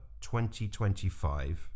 2025